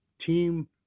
team